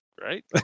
right